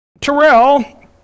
Terrell